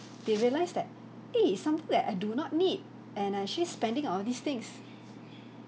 they realise that eh it's something that I do not need and I actually spending on all these things